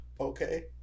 okay